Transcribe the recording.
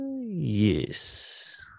Yes